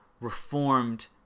reformed